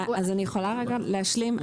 אז אני יכולה רגע להשלים?